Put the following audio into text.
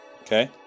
Okay